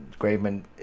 Graveman